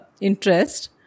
interest